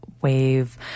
Wave